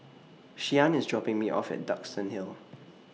Shyann IS dropping Me off At Duxton Hill